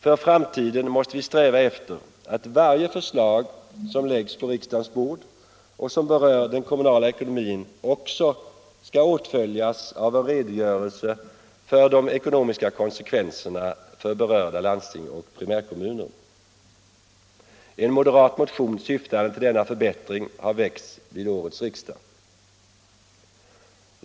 För framtiden måste vi sträva efter att varje förslag som läggs på riksdagens bord och som berör den kommunala ekonomin också skall åtföljas av en redogörelse för de ekonomiska konsekvenserna för landsting och primärkommuner. En moderat motion syftande till denna förbättring har väckts vid årets riksdag.